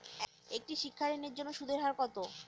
একটি শিক্ষা ঋণের জন্য সুদের হার কত?